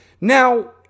Now